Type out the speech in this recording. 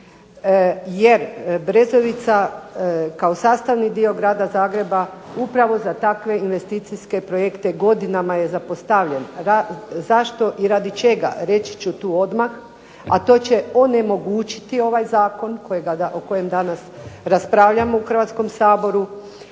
jer Brezovica kao sastavni dio Grada Zagreba upravo za takve investicijske projekte godinama je zapostavljen. Zašto i radi čega? Reći ću tu odmah, a to će onemogućiti ovaj zakon o kojem danas raspravljamo u Hrvatskom saboru,